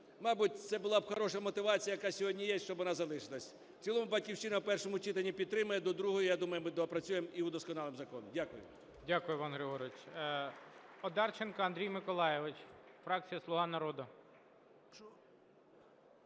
Мабуть, це була хороша мотивація, яка сьогодні є, щоб вона залишилась. В цілому "Батьківщина" в першому читанні підтримує, до другого, я думаю, ми доопрацюємо і удосконалимо закон. Дякую. ГОЛОВУЮЧИЙ. Дякую, Іван Григорович. Одарченко Андрій Миколайович, фракція "Слуга народу".